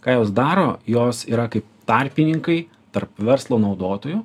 ką jos daro jos yra kaip tarpininkai tarp verslo naudotojų